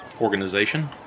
organization